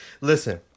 listen